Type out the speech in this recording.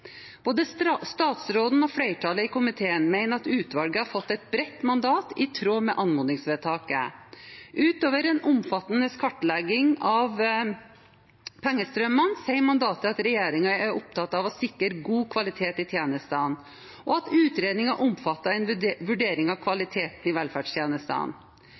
Både statsråden og flertallet i komiteen mener at utvalget har fått et bredt mandat, i tråd med anmodningsvedtaket. Utover en omfattende kartlegging av pengestrømmene sier mandatet at regjeringen er opptatt av å sikre god kvalitet i tjenestene, og at utredningen omfatter en vurdering av kvaliteten i velferdstjenestene.